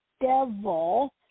devil